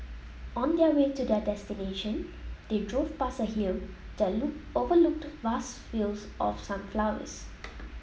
on their way to their destination they drove past a hill that look overlooked vast fields of sunflowers